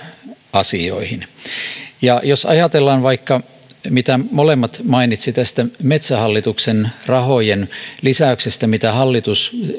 asioihin jos ajatellaan vaikka mitä molemmat mainitsivat metsähallituksen rahojen lisäyksestä mitä hallitus